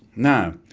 now,